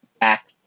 back